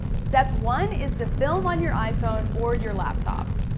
step one is to film on your iphone or your laptop.